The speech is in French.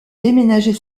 déménager